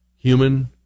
human